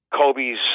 Kobe's